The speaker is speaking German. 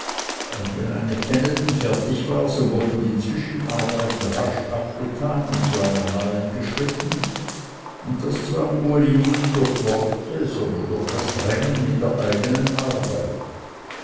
und wenn eine tenneten fertig war so wurden die zwischenarbeiten rasch abgetan und zu einer neuen geschritten und das zwang uli nicht durch worte sondern durch das drängen mit der eigenen arbeit